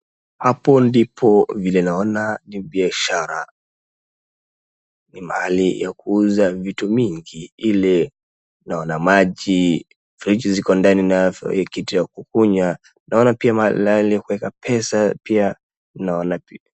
Hapo ndipo vile naona ni biashara. Ni mahali ya kuuza vitu mingi ili naona maji, friji ziko ndani na kitu ya kukunywa, naona pia mahali ya kueka pesa pia naona.